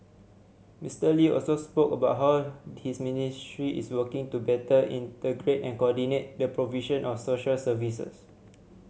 Mister Lee also spoke about how his ministry is working to better integrate and coordinate the provision of social services